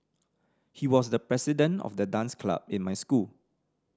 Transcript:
he was the president of the dance club in my school